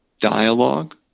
dialogue